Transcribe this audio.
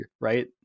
right